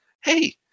Hey